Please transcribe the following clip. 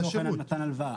כמו למשל מתן הלוואה.